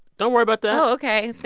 don't worry about that. oh, ok.